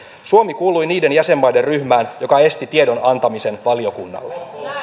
suomi kuului niiden jäsenmaiden ryhmään joka esti tiedon antamisen valiokunnalle